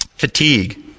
fatigue